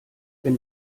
wenn